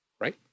right